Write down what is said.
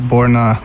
Borna